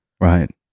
Right